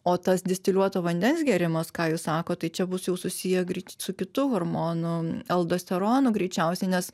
o tas distiliuoto vandens gėrimas ką jūs sakot tai čia bus jau susiję grei su kitu hormonu aldosteronu greičiausiai nes